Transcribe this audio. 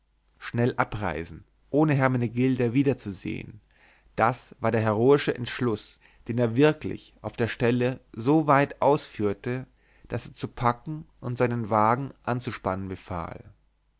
schnell abreisen ohne hermenegilda wiederzusehen das war der heroische entschluß den er wirklich auf der stelle so weit ausführte daß er zu packen und seinen wagen anzuspannen befahl